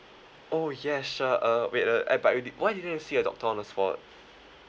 oh yeah sure uh wait uh ah but you did why didn't you see a doctor on the spot